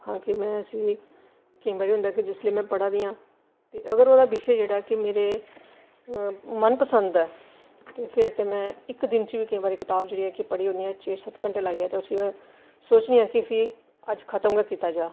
आक्खां कि में उसी केई बारी होंदा कि जिसलै में उसी पढ़ा दियां ते अगर ओह्दा बिशे जेह्ड़ा ऐ मेरे मन पसंद ऐ ते फेर ते में इक दिन च बी केई बारी कताब जेह्ड़ी ऐ केह् पढ़ी ओड़नी आं कि छे सत्त घंटे लाइयै सोचनी आं कि इसी में अज्ज खत्म गै कीता जा